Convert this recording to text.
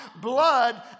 blood